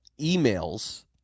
emails